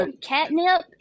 catnip